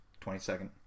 22nd